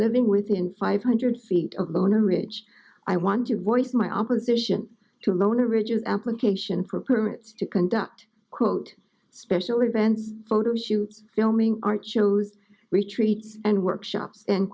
living within five hundred feet of the owner ridge i want to voice my opposition to loan the original application for permits to conduct quote special events photo shoots filming art shows retreats and workshops and